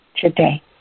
today